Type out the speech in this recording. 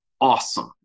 awesome